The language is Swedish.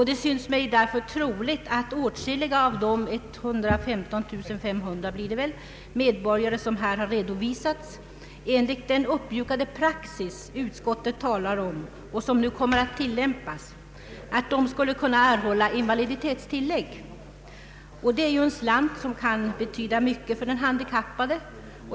Det synes mig därför troligt att åtskilliga av de 115500 medborgare — blir det väl — som här har redovisats skulle kunna erhålla invaliditetstillägg enligt den uppmjukade praxis som utskottet talar om och som nu kommer att tillämpas. Det är ju en slant som kan betyda mycket för den handikappade.